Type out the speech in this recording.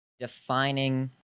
Defining